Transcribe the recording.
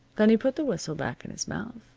then he put the whistle back in his mouth,